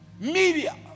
media